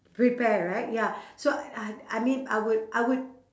prepare right ya so uh I mean I would I would